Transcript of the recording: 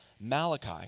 Malachi